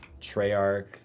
Treyarch